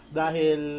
dahil